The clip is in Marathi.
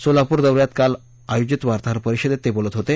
सोलापूर दौन्यात काल आयोजित वार्ताहर परिषदेत ते बोलत होते